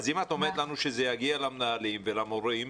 אם את אומרת לנו שזה יגיע למנהלים ולמורים,